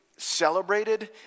celebrated